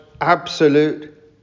absolute